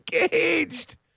engaged